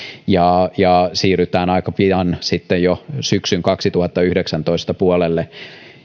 ja ja siirrytään aika pian sitten jo syksyn kaksituhattayhdeksäntoista puolelle